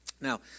Now